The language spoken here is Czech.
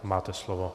Máte slovo.